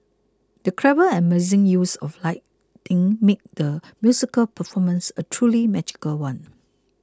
the clever and amazing use of lighting made the musical performance a truly magical one